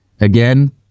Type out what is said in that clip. again